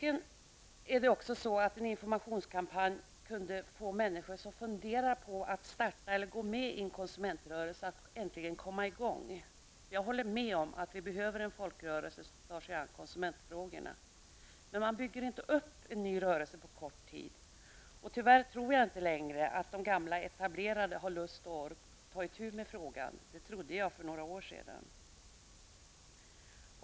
En informationskampanj skulle troligen också kunna få människor som funderar på att starta eller gå med i en konsumentrörelse att äntligen komma i gång. Jag håller med om att vi behöver en folkrörelse som tar sig an konsumentfrågorna. Man kan dock inte bygga upp en ny rörelse på kort tid. Tyvärr tror jag inte längre att de gamla etablerade har lust och ork att ta itu med frågan. Det trodde jag för några år sedan.